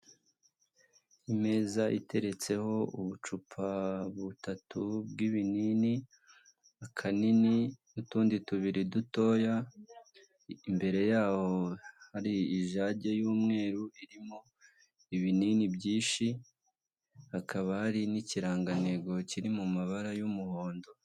Imeza iteretseho ubucupa butatu bw'ibinini, akanini n'utundi tubiri dutoya, imbere yaho hari ijage y'umweru irimo ibinini byinshi hakaba hari n'ikirangantego kiri mu mabara y'umuhondo.